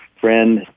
friend